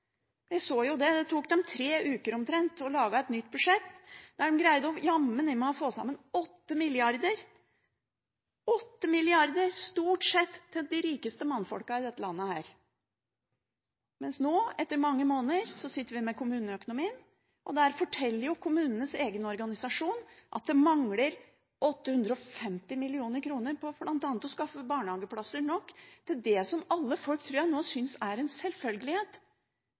så jo det. Det tok dem omtrent tre uker å lage et nytt budsjett, der de jammen greide å få sammen åtte milliarder kroner – åtte milliarder – stort sett til de rikeste mannfolka i dette landet. Men nå, etter mange måneder, sitter vi med kommuneøkonomien, og da forteller kommunenes egen organisasjon at det mangler 850 mill. kr til bl.a. å skaffe barnehageplasser nok til det som jeg tror alle folk nå synes er en selvfølgelighet.